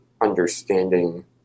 understanding